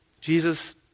Jesus